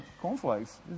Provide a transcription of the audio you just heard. cornflakes